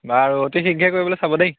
বাৰু অতি শীগ্ৰে কৰিবলৈ চাব দেই